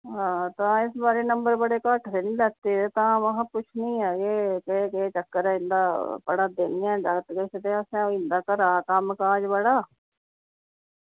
हां तां इस बारी नंबर बड़े घट्ट हे लैते दे तां महां पुच्छनी आं कि केह् केह् चक्कर ऐ इं'दा पढ़ा दे निं हैन जागत ते असें होई जंदा घरै दा कम्म काज बड़ा